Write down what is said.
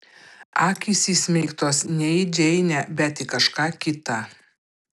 akys įsmeigtos ne į džeinę bet į kažką kitą